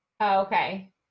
Okay